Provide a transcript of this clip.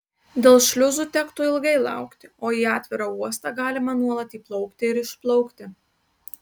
dėl šliuzų tektų ilgai laukti o į atvirą uostą galima nuolat įplaukti ir išplaukti